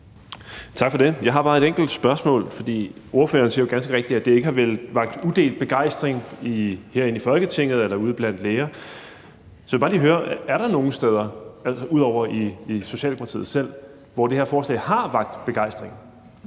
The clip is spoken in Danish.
Tak for det. Jeg har bare et enkelt spørgsmål. For ordføreren siger jo ganske rigtigt, at det ikke har vakt udelt begejstring herinde i Folketinget og derude blandt læger, så jeg vil bare lige høre, om der er nogen steder, altså ud over i Socialdemokratiet selv, hvor det her forslag har vakt begejstring.